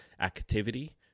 activity